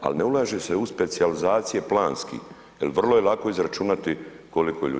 Ali ne ulaže se u specijalizacije planski jer vrlo je lako izračunati koliko ljudi.